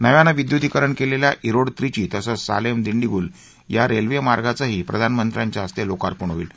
नव्यानं विद्युतिकरण केलेल्या ओड त्रिची तसंच सालेम दिंडिगुल या रेल्वेमार्गाचंही प्रधानमंत्र्यांच्या हस्ते लोकार्पण होईल